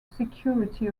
security